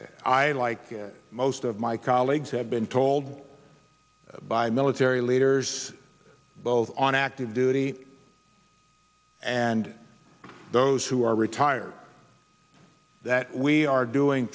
i like most of my colleagues have been told by military leaders both on active duty and those who are retired that we are doing